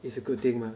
it a good thing mah